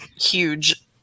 huge